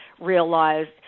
realized